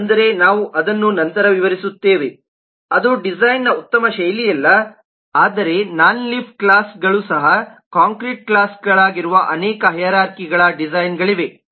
ಅಂದರೆ ನಾವು ಅದನ್ನು ನಂತರ ವಿವರಿಸುತ್ತೇವೆ ಅದು ಡಿಸೈನ್ನ ಉತ್ತಮ ಶೈಲಿಯಲ್ಲ ಆದರೆ ನಾನ್ ಲೀಫ್ ಕ್ಲಾಸ್ಗಳು ಸಹ ಕಾಂಕ್ರೀಟ್ ಕ್ಲಾಸ್ಗಳಾಗಿರುವ ಅನೇಕ ಹೈರಾರ್ಖಿಗಳ ಡಿಸೈನ್ಗಳಿವೆ